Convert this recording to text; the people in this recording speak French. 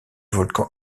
volcan